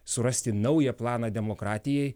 surasti naują planą demokratijai